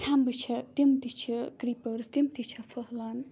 ہیمبہٕ چھِ تِم تہِ چھِ کریٖپٲرٕس تِم تہِ چھےٚ پھٔہلان